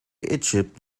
egypt